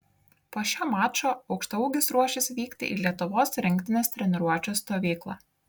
po šio mačo aukštaūgis ruošis vykti į lietuvos rinktinės treniruočių stovyklą